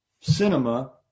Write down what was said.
cinema